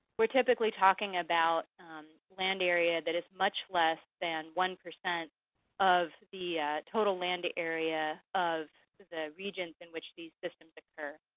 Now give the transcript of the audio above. we're typically talking about land area that is much less than one percent of the total land area of the regions in which these systems occur.